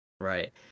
right